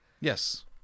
yes